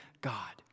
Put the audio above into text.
God